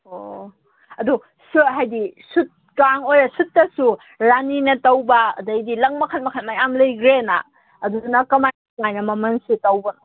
ꯑꯣ ꯑꯗꯣ ꯍꯥꯏꯗꯤ ꯁꯨꯠ ꯆꯥꯡ ꯑꯣꯏꯔꯁꯨ ꯁꯨꯠꯇꯁꯨ ꯔꯥꯅꯤꯅ ꯇꯧꯕ ꯑꯗꯩꯗꯤ ꯂꯪ ꯃꯈꯟ ꯃꯈꯟ ꯃꯌꯥꯝ ꯂꯩꯈ꯭ꯔꯦꯅ ꯑꯗꯨꯗꯅ ꯀꯃꯥꯏ ꯀꯃꯥꯏꯅ ꯃꯃꯜꯁꯦ ꯇꯧꯕꯅꯣ